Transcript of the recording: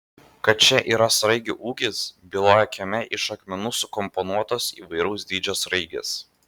kad čia yra sraigių ūkis byloja kieme iš akmenų sukomponuotos įvairaus dydžio sraigės